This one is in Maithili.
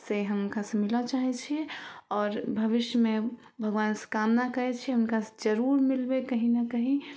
से हम हुनकासे मिलऽ चाहै छिए आओर भविष्यमे भगवानसे कामना करै छिए हुनकासे जरूर मिलबै कहीँ ने कहीँ